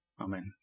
Amen